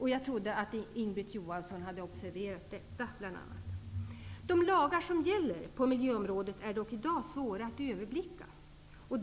Jag trodde att Inga-Britt Johansson hade observerat detta, bl.a. De lagar som gäller på miljöområdet är dock i dag svåra att överblicka.